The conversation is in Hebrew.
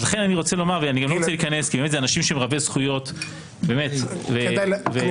אני לא רוצה להיכנס, כי באמת אלה